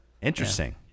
interesting